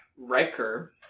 Riker